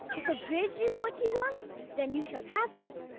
if a bridge is what you want then you shall have one.